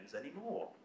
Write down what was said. anymore